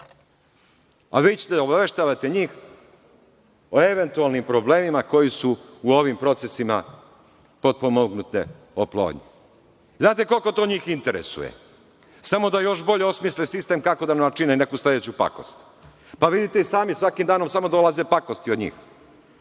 a vi ćete da obaveštavate njih o eventualnim problemima koji su u ovim procesima potpomognute oplodnje. Znate li koliko to njih interesuje? Samo da još bolje osmisle sistem kako da nam načine neku sledeću pakost. Pa, vidite i sami, svakim danom samo dolaze pakosti od njih. Ovi